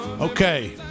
Okay